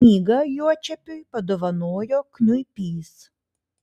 knygą juočepiui padovanojo kniuipys